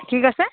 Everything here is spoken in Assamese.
ঠিক আছে